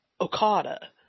Okada